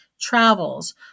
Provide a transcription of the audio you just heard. travels